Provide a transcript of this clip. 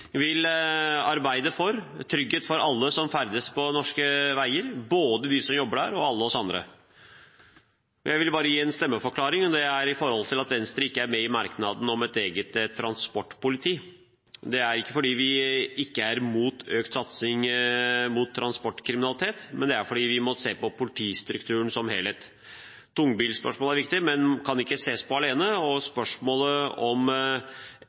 vil arbeide for trygghet for alle som ferdes på norske veier, både de som jobber der, og alle oss andre. Så vil jeg gi en stemmeforklaring, siden Venstre ikke er med i merknadene om et eget transportpoliti. Det er ikke fordi vi er mot økt satsing mot transportkriminalitet, men fordi vi må se på politistrukturen som helhet. Tungbilspørsmålet er viktig, men kan ikke ses på alene. Spørsmålet er om